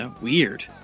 Weird